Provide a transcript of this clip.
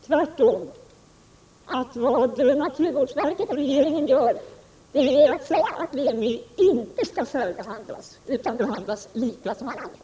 Herr talman! Sanningen är — tvärtemot vad Ivar Franzén säger — att naturvårdsverket och regeringen säger att Lemi inte skall särbehandlas. I stället skall Lemi behandlas precis som alla andra system.